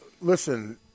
listen